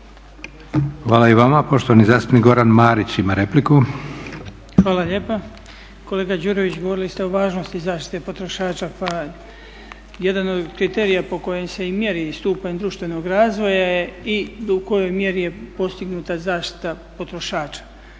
Hvala i vama. Poštovani zastupnik Goran Marić ima repliku. **Marić, Goran (HDZ)** Hvala lijepa. Kolega Đurović govorili ste o važnosti zaštite potrošača pa jedan od kriterija po kojem se i mjeri stupanj društvenog razvoja je i u kojoj mjeri je postignuta zaštita potrošača.